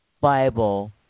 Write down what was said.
Bible